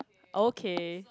okay